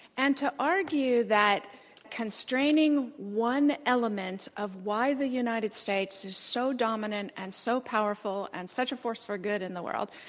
and to argue that constraining one element of why the united states is so dominant and so powerful and such a force for good in the world,